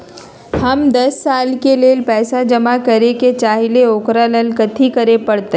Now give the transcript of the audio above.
हम दस साल के लेल पैसा जमा करे के चाहईले, ओकरा ला कथि करे के परत?